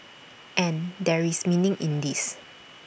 and there is meaning in this